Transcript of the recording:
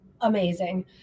amazing